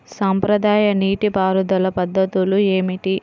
సాంప్రదాయ నీటి పారుదల పద్ధతులు ఏమిటి?